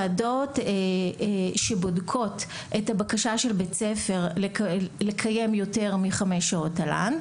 ועדות שבודקות את הבקשה של בית הספר לקיים יותר מחמש שעות תל"ן,